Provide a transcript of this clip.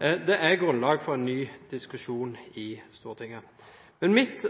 Det er grunnlag for en ny diskusjon i Stortinget. Men mitt